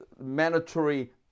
mandatory